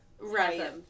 Right